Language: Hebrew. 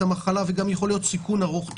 המחלה וגם יכול להיות סיכון ארוך טווח,